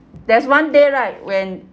there's one day right when